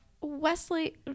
Wesley